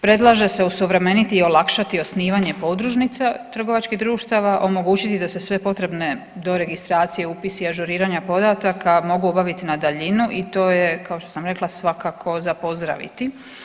Predlaže se osuvremeniti i olakšati osnivanje podružnica trgovačkih društava, omogućiti da se sve potrebne doregistracije, upisi, ažuriranja podataka mogu obaviti na daljinu i to je kao što sam rekla svakako za pozdraviti.